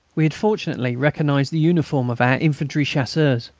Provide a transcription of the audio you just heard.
we had, fortunately, recognised the uniform of our infantry chasseurs.